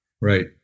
Right